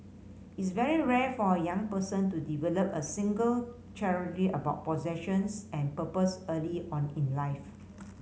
it's very rare for a young person to develop a singular clarity about possessions and purpose early on in life